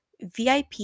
VIP